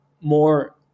more